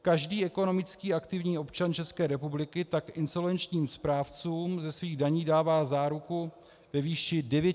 Každý ekonomicky aktivní občan České republiky tak insolvenčním správcům ze svých daní dává záruku ve výši 9900 Kč.